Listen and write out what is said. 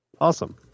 Awesome